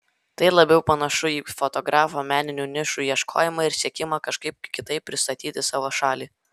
tai labiau panašu į fotografo meninių nišų ieškojimą ir siekimą kažkaip kitaip pristatyti savo šalį